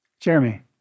Jeremy